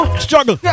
Struggle